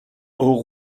haut